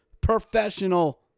professional